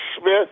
Smith